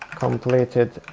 completed